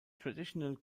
traditional